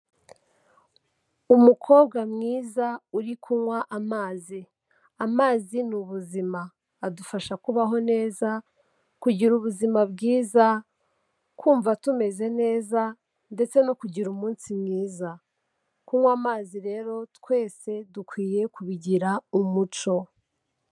Umukobwa mwiza uri kunywa amazi. Amazi ni ubuzima. Adufasha kubaho neza, kugira ubuzima bwiza, kumva tumeze neza ndetse no kugira umunsi mwiza. Kunywa amazi rero twese dukwiye kubigira umuco.